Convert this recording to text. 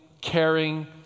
caring